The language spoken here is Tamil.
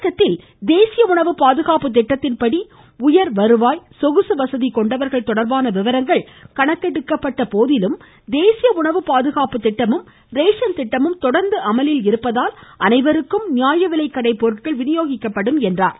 தமிழகத்தில் தேசிய உணவு பாதுகாப்பு திட்டத்தின்படி உயர் வருவாய் மற்றும் சொகுசு வசதி கொண்டவர்கள் தொடர்பான விவரங்கள் கணக்கெடுக்கப்பட்டபோதிலும் தேசிய உணவு பாதுகாப்பு திட்டமும் ரேஷன் திட்டமும் தொடர்ந்து அமலில் இருப்பதால் அனைவருக்கும் ரேஷன்பொருட்கள் விநியோகிக்கப்படும் என்றார்